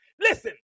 Listen